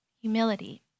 humility